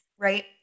Right